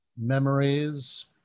memories